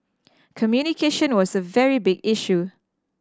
communication was a very big issue